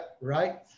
Right